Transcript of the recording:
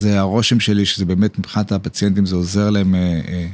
זה הרושם שלי, שזה באמת מבחינת הפציינטים, זה עוזר להם.